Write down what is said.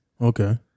Okay